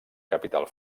capital